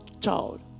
child